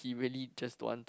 he really just don't want to